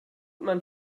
man